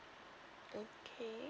okay